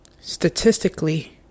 Statistically